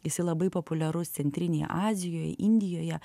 jisai labai populiarus centrinėj azijoj indijoje